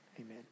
Amen